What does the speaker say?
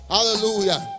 Hallelujah